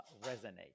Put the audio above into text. resonate